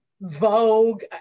Vogue